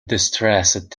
distressed